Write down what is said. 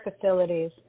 Facilities